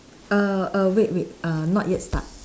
err err wait wait err not yet start